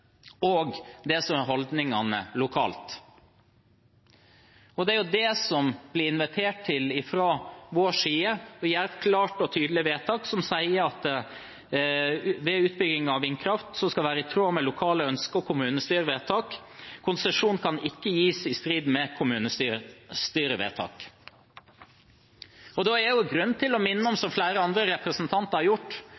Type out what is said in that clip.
og det som er holdningene lokalt. Det er det det blir invitert til fra vår side – å gjøre et klart og tydelig vedtak som sier at utbygging av vindkraft skal være i tråd med lokale ønsker og kommunestyrevedtak, og at konsesjon ikke kan gis i strid med kommunestyrevedtak. Det er grunn til å minne om,